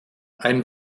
ein